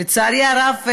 לצערי הרב,